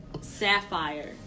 Sapphire